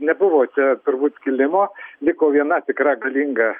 nebuvo čia turbūt skilimo liko viena tikra galinga